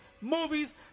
movies